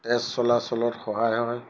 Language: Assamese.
তেজ চলাচলত সহায় হয়